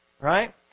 right